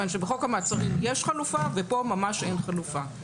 שבחוק המעצרים יש חלופה וכאן ממש אין חלופה.